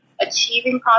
achieving